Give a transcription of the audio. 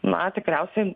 na tikriausiai